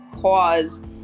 cause